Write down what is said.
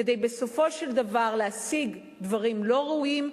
כדי להשיג דברים לא ראויים,